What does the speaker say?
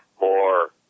more